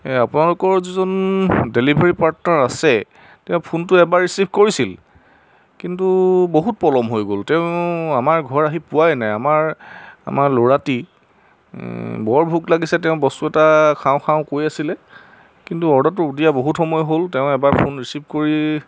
এই আপোনালোকৰ যিজন ডেলিভাৰী পাৰ্টনাৰ আছে তেওঁ ফোনটো এবাৰ ৰিচিভ কৰিছিল কিন্তু বহুত পলম হৈ গ'ল তেওঁ আমাৰ ঘৰ আহি পোৱাই নাই আমাৰ আমাৰ ল'ৰাটী বৰ ভোক লাগিছে তেওঁ বস্তু এটা খাওঁ খাওঁ কৈ আছিলে কিন্তু অৰ্ডাৰটোও দিয়া বহুত সময় হ'ল তেওঁ এবাৰ ফোন ৰিচিভ কৰি